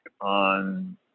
on